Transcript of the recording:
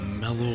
mellow